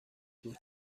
بود